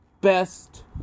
best